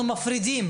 מפרידים